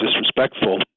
disrespectful